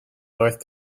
north